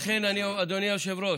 לכן, אדוני היושב-ראש,